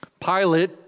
Pilate